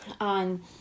on